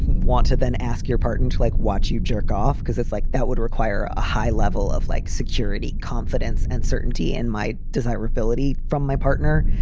want to then ask your partner to, like, watch you jerk off because it's like that would require a high level of like security. confidence and certainty and my desirability from my partner.